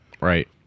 Right